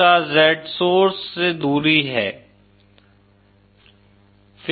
छोटा z source से दुरी है